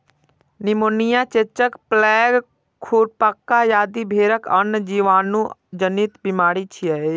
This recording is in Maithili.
निमोनिया, चेचक, प्लेग, खुरपका आदि भेड़क आन जीवाणु जनित बीमारी छियै